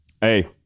Hey